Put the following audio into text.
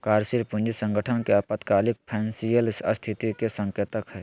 कार्यशील पूंजी संगठन के अल्पकालिक फाइनेंशियल स्थिति के संकेतक हइ